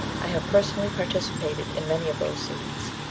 i have personally participated in many of those scenes.